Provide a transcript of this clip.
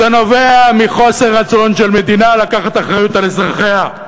זה נובע מחוסר רצון של מדינה לקחת אחריות על אזרחיה,